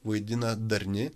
vaidina darni